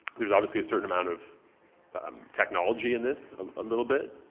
there's obviously a certain amount of um technology in this a little bit.